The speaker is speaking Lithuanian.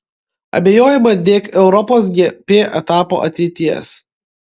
abejojama dėk europos gp etapo ateities